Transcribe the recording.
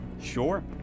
Sure